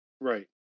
Right